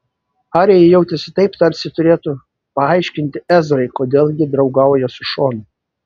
arija jautėsi taip tarsi turėtų paaiškinti ezrai kodėl ji draugauja su šonu